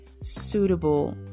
suitable